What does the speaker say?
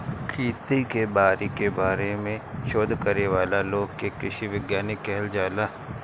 खेती बारी के बारे में शोध करे वाला लोग के कृषि वैज्ञानिक कहल जाला